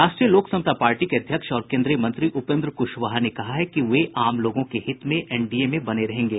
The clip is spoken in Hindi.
राष्ट्रीय लोक समता पार्टी के अध्यक्ष और केन्द्रीय मंत्री उपेन्द्र कुशवाहा ने कहा है कि वे आम लोगों के हित में एनडीए में बने रहेंगे